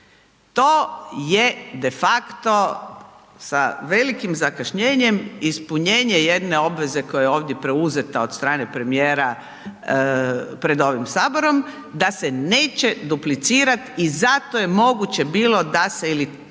to je defakto sa velikim zakašnjenjem ispunjenje jedne obveze koja je ovdje preuzeta od strane premijera pred ovim HS, da se neće duplicirat i zato je moguće bilo da se ili,